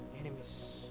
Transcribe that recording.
enemies